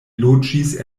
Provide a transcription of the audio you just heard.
loĝis